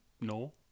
No